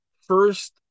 first